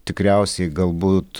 tikriausiai galbūt